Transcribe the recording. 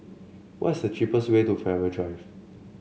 why's the cheapest way to Farrer Drive